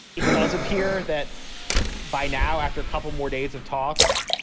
it does appear that by now, after a couple more days of talks,